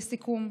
לסיכום,